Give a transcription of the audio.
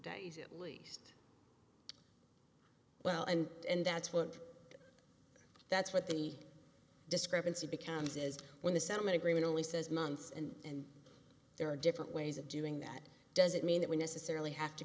days at least well and that's what that's what the discrepancy becomes is when the settlement agreement only says months and there are different ways of doing that doesn't mean that we necessarily have to